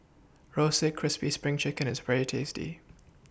Roasted Crispy SPRING Chicken IS very tasty